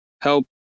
help